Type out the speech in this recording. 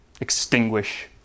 extinguish